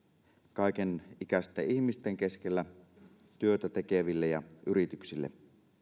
kaiken ikäisten ihmisten keskellä työtä tekeville ja yrityksille